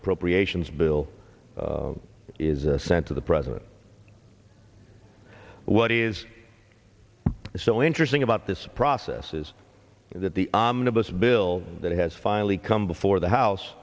appropriations bill is sent to the president what is so interesting about this process is that the omnibus bill that has finally come before the house